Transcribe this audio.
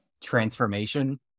transformation